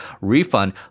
refund